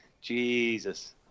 Jesus